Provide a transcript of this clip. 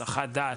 הסחת דעת,